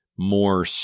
More